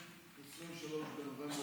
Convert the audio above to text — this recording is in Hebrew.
למלחמה,